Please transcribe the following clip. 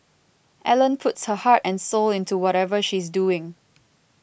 Ellen puts her heart and soul into whatever she's doing